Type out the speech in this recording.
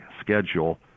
schedule